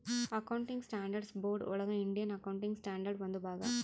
accounting standards board ಒಳಗ Indian accounting standard ಒಂದು ಭಾಗ